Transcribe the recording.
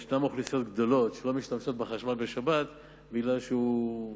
יש אוכלוסיות גדולות שלא משתמשות בחשמל בשבת בגלל שהוא,